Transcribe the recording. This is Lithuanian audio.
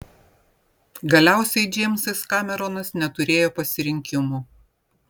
galiausiai džeimsas kameronas neturėjo pasirinkimo